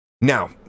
Now